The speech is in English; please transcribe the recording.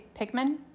Pikmin